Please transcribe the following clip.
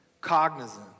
cognizant